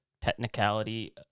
technicality